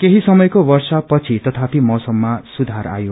केही समयको वर्षा पछि तथापि मौसममा सुधार आयो